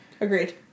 Agreed